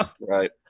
Right